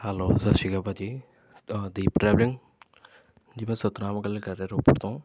hello ਸਤਿ ਸ਼੍ਰੀ ਅਕਾਲ ਭਾਅ ਜੀ ਦੀਪ ਟਰੈਵਲਿੰਗ ਜੀ ਮੈਂ ਸਤਨਾਮ ਗੱਲ ਕਰ ਰਿਹਾਂ ਰੋਪੜ ਤੋਂ